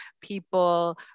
People